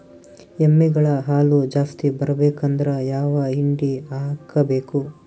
ಎಮ್ಮಿ ಗಳ ಹಾಲು ಜಾಸ್ತಿ ಬರಬೇಕಂದ್ರ ಯಾವ ಹಿಂಡಿ ಹಾಕಬೇಕು?